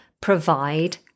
provide